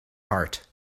heart